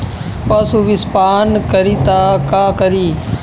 पशु विषपान करी त का करी?